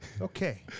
Okay